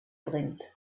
bringt